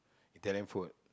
Italian food